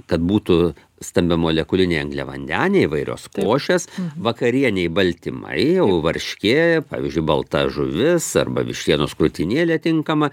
kad būtų stambiamolekuliniai angliavandeniai įvairios košės vakarienei baltymai jau varškė pavyzdžiui balta žuvis arba vištienos krūtinėlė tinkama